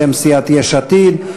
בשם סיעת יש עתיד.